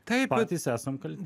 tai patys esam kalti